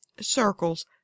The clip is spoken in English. circles